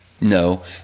No